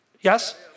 Yes